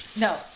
No